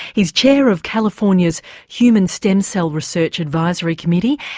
he's chair of california's human stem cell research advisory committee,